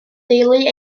deulu